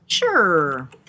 Sure